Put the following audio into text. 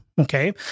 Okay